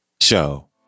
Show